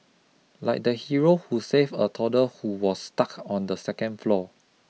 like the hero who saved a toddler who was stuck on the second floor